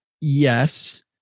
Yes